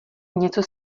něco